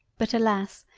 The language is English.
but alas!